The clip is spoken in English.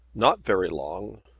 not very long.